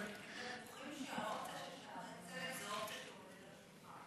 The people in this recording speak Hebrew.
הם בטוחים שהאופציה של "שערי צדק" זו אופציה שעומדת על השולחן.